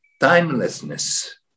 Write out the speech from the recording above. timelessness